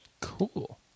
cool